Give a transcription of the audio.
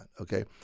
okay